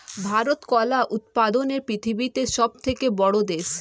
ভারত কলা উৎপাদনে পৃথিবীতে সবথেকে বড়ো দেশ